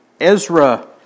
Ezra